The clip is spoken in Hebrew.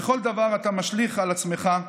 וכל דבר אתה משליך על עצמך.